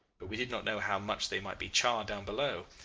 but we did not know how much they might be charred down below.